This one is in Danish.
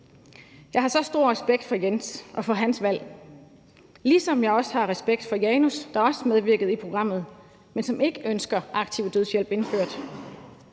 Jeg har så stor respekt for Jens og for hans valg, ligesom jeg også har respekt for Janus, der også medvirkede i programmet, men som ikke ønsker aktiv dødshjælp indført.